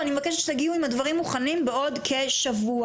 ואני מבקשת שתגיעו עם דברים מוכנים בעוד כשבוע.